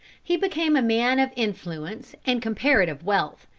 he became a man of influence and comparative wealth,